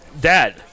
dad